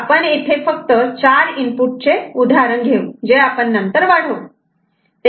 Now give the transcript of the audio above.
आपण येथे फक्त चार इनपुटचे उदाहरण घेऊ जे आपण नंतर वाढवू